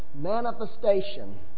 manifestation